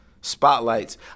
spotlights